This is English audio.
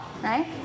right